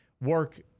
Work